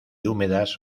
húmedas